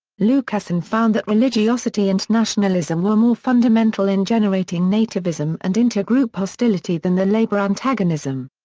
lucassen found that religiosity and nationalism were more fundamental in generating nativism and inter-group hostility than the labor antagonism.